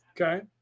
okay